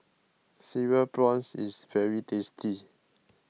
Cereal Prawns is very tasty